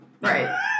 Right